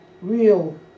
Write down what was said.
real